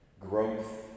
growth